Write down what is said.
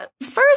first